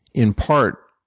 in part,